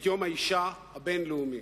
את יום האשה הבין-לאומי.